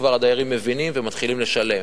כבר הדיירים מבינים ומתחילים לשלם.